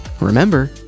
Remember